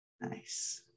Nice